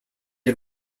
had